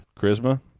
Charisma